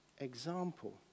example